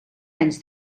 anys